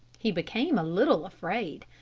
he became a little afraid.